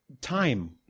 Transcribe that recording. time